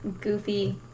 goofy